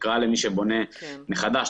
ןתקרא למי שבונה מחדש,